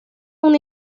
una